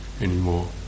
anymore